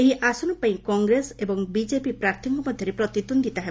ଏହି ଆସନପାଇଁ କଂଗ୍ରେସ ଏବଂ ବିଜେପି ପ୍ରାର୍ଥୀଙ୍କ ମଧ୍ୟରେ ପ୍ରତିଦ୍ୱନ୍ଦିତା ହେବ